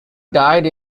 died